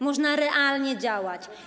Można realnie działać.